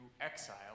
exile